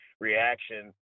reaction